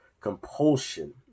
compulsion